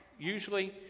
usually